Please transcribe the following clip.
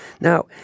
Now